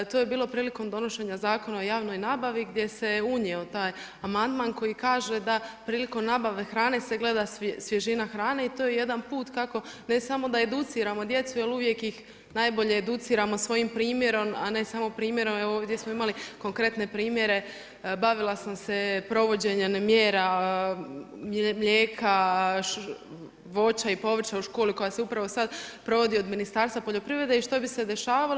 To je bilo prilikom donošenja Zakona o javnoj nabavi, gdje se unio taj amandman, koji kaže da prilikom nabave hrane se gleda svježina hrane i to je jedan put kako ne samo da educiramo djecu, jer uvijek ih najbolje educiramo svojim primjerom, a ne samo primjerom, evo ovdje smo imali konkretne primjere, bavila sam se provođenjem mjera mlijeka, voća i povrća u školi koja se upravo sad provodi od Ministarstva poljoprivred i što bi se dešavalo?